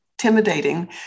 intimidating